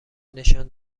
نشان